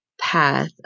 path